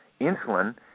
insulin